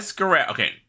okay